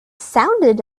sounded